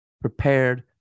prepared